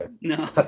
No